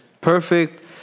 perfect